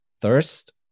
Thirst